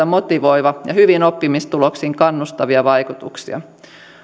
motivoivia ja hyviin oppimistuloksiin kannustavia vaikutuksia